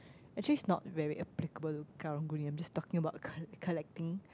actually it's not very applicable to Karang Guni I'm just talking about col~ collecting